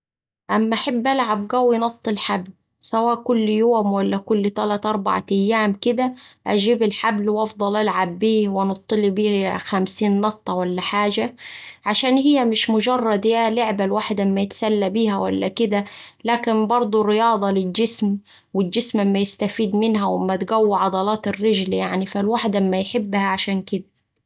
أما أحب ألعب قوي نط الحبل سواء كل يوم ولا كل تلات أربع تيام كدا أجيب الحبل وأفضل ألعب بيه وأنطلي بيه خمسين نطة ولا حاجة، عشان هيه مش مجرد إيه لعبة الواحد أما يتسلى بيها ولا كدا، لكن برده رياضة للجسم والجسم أما يستفيد منها وأما تقوي عضلات الرجل يعني، فالواحد أما يحبها عشان كدا.